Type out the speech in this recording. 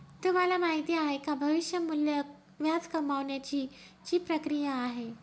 तुम्हाला माहिती आहे का? भविष्य मूल्य व्याज कमावण्याची ची प्रक्रिया आहे